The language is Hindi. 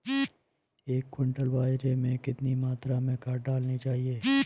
एक क्विंटल बाजरे में कितनी मात्रा में खाद डालनी चाहिए?